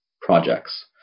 projects